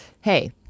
Hey